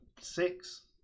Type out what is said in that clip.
six